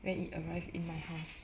when it arrived in my house